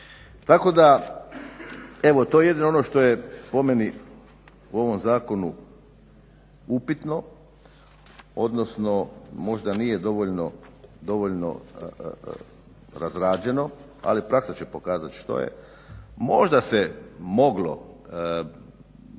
Tako da evo to je jedino ono što je po meni u ovom zakonu upitno odnosno možda nije dovoljno razrađeno ali praksa će pokazati što je. Možda se moglo